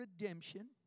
redemption